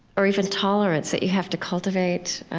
or even tolerance that you have to cultivate,